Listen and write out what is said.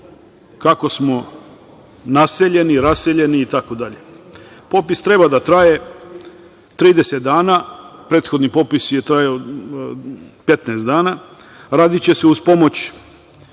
kako smo naseljeni, raseljeni itd. Popis treba da traje 30 dana. Prethodni popis je trajao 15 dana. Radiće se uz pomoć,